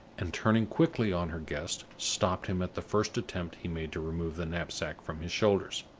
and, turning quickly on her guest, stopped him at the first attempt he made to remove the knapsack from his shoulders.